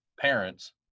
parents